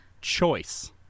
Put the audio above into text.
choice